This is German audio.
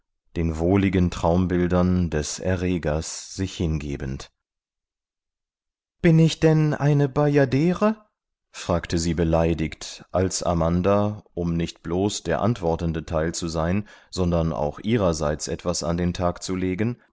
den wohligen traumbildern des erregers sich hingebend bin ich denn eine bajadere fragte sie beleidigt als amanda um nicht bloß der antwortende teil zu sein sondern auch ihrerseits etwas an den tag zu legen